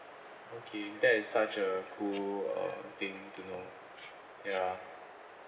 okay that is such a cool uh thing to know ya